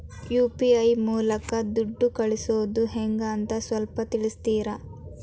UPI ಮೂಲಕ ದುಡ್ಡು ಕಳಿಸೋದ ಹೆಂಗ್ ಅಂತ ಸ್ವಲ್ಪ ತಿಳಿಸ್ತೇರ?